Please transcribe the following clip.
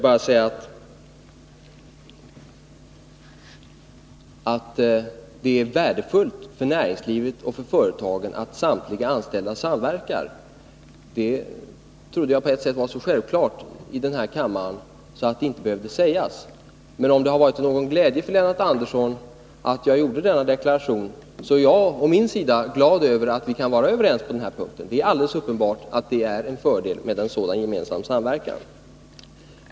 Herr talman! Låt mig bara säga att det är värdefullt för näringslivet och för företagen att samtliga anställda samverkar. Det trodde jag var så självklart här i kammaren att det inte behövde sägas. Men om det har varit till någon glädje för Lennart Andersson att jag gjorde denna deklaration, så är jag å min sida glad över att vi kan vara överens på den punkten. Det är alldeles uppenbart att det är en fördel med en sådan samverkan.